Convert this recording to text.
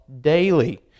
daily